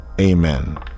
Amen